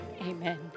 Amen